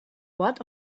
what